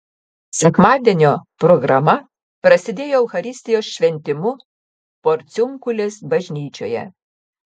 sekmadienio programa prasidėjo eucharistijos šventimu porciunkulės bažnyčioje